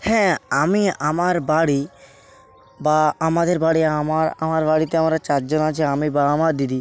হ্যাঁ আমি আমার বাড়ি বা আমাদের বাড়ি আমার আমার বাড়িতে আমরা চারজন আছি আমি বাবা মা আর দিদি